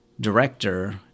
director—